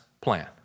plan